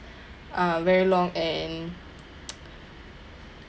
uh very long and